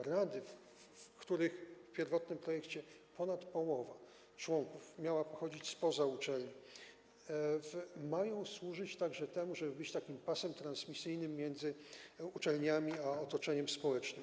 Rady, w których zgodnie z pierwotnym projektem ponad połowa członków miała pochodzić spoza uczelni, mają służyć także temu, żeby być pasem transmisyjnym między uczelniami a otoczeniem społecznym.